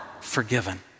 forgiven